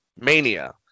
Mania